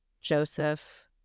Joseph